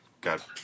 got